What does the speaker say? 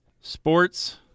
sports